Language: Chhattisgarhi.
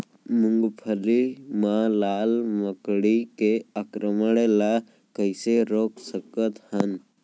मूंगफली मा लाल मकड़ी के आक्रमण ला कइसे रोक सकत हन?